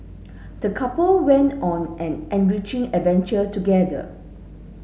the couple went on an enriching adventure together